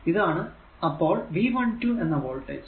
ഇതാണ് അപ്പോൾ V12 എന്ന വോൾടേജ്